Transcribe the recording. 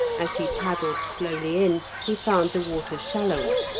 as he paddled slowly in, he found the water shallower,